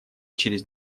через